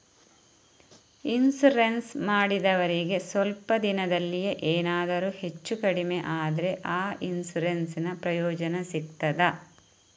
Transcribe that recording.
Insurance ಮಾಡಿದವರಿಗೆ ಸ್ವಲ್ಪ ದಿನದಲ್ಲಿಯೇ ಎನಾದರೂ ಹೆಚ್ಚು ಕಡಿಮೆ ಆದ್ರೆ ಆ ಇನ್ಸೂರೆನ್ಸ್ ನ ಪ್ರಯೋಜನ ಸಿಗ್ತದ?